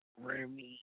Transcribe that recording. Remy